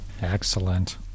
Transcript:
Excellent